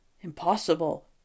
Impossible